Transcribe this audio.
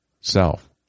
self